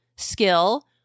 skill